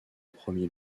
premier